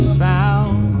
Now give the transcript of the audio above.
sound